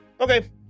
Okay